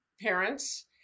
parents